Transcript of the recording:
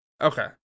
Okay